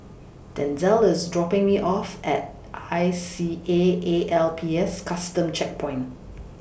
Denzel IS dropping Me off At I C A A L P S Custom Checkpoint